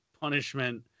punishment